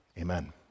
Amen